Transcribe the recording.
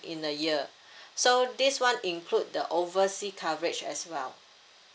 in a year so this [one] include the oversea coverage as well